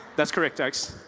that's correct guys.